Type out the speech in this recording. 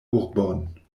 urbon